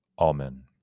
Amen